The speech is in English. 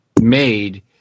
made